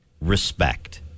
respect